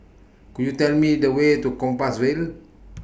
Could YOU Tell Me The Way to Compassvale